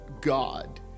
God